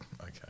Okay